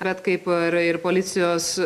bet kaip ir policijos